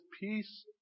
peace